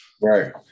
right